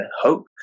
hope